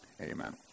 amen